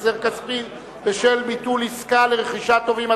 החזר כספי בשל ביטול עסקה לרכישת טובין),